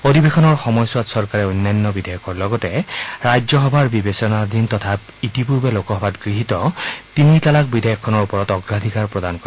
অধিৱেশনৰ সময়ছোৱাত চৰকাৰে অন্যান্য বিধেয়কৰ লগতে ৰাজ্যসভাৰ বিবেচনাধীন তথা ইতিপূৰ্বে লোকসভাত গৃহীত তিনি তালাক বিধেয়কেখনৰ ওপৰত অগ্ৰাধিকাৰ প্ৰদান কৰিব